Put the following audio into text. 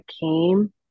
came